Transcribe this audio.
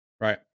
Right